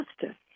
justice